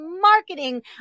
marketing